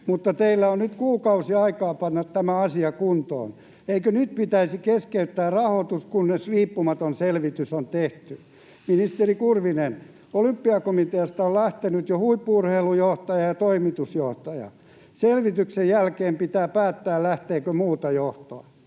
mutta teillä on nyt kuukausi aikaa panna tämä asia kuntoon. Eikö nyt pitäisi keskeyttää rahoitus, kunnes riippumaton selvitys on tehty? Ministeri Kurvinen, Olympiakomiteasta ovat lähteneet jo huippu-urheilujohtaja ja toimitusjohtaja. Selvityksen jälkeen pitää päättää, lähteekö muuta johtoa.